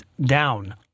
down